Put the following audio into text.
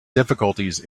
difficulties